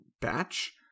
batch